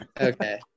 okay